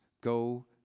go